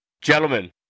Gentlemen